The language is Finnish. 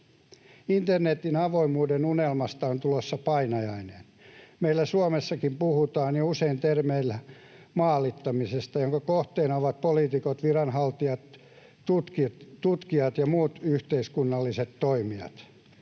Internetin avoimuuden unelmasta on tulossa painajainen. Meillä Suomessakin puhutaan jo usein termistä ”maalittaminen”, jonka kohteena ovat poliitikot, viranhaltijat, tutkijat ja muut yhteiskunnalliset toimijat.